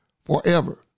forever